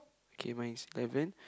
okay mine is eleven